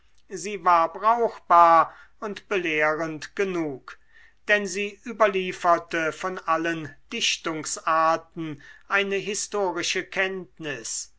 sie war brauchbar und belehrend genug denn sie überlieferte von allen dichtungsarten eine historische kenntnis